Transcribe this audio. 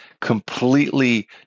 completely